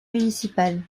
municipales